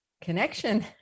connection